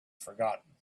forgotten